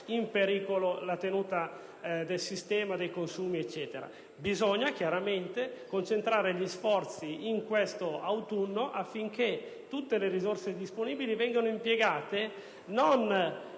in pericolo la tenuta del sistema, dei consumi e così via. Bisogna concentrare gli sforzi in questo autunno affinché tutte le risorse disponibili vengano impiegate non